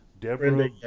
Deborah